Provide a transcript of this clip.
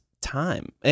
time